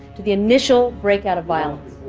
to the initial breakout of violence?